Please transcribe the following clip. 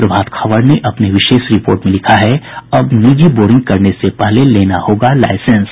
प्रभात खबर ने अपनी विशेष रिपोर्ट में लिखा है अब निजी बोरिंग करने से पहले लेना होगा लाईसेंस